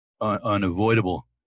unavoidable